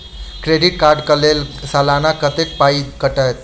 Debit card कऽ लेल सलाना कत्तेक पाई कटतै?